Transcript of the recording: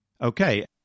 Okay